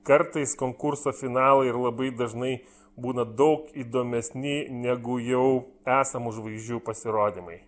kartais konkurso finalai ir labai dažnai būna daug įdomesni negu jau esamų žvaigždžių pasirodymai